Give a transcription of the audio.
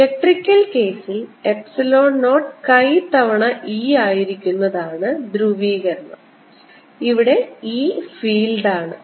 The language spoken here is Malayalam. ഇലക്ട്രിക്കൽ കേസിൽ എപ്സിലോൺ നോട്ട് chi തവണ E ആയിരിക്കുന്നതാണ് ധ്രുവീകരണം ഇവിടെ E ഫീൽഡ് ആണ്